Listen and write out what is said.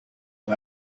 ein